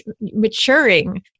maturing